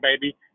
baby